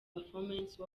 performance